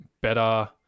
better